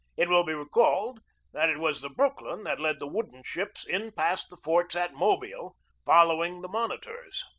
it will be recalled that it was the brook lyn that led the wooden ships in past the forts at mobile following the monitors.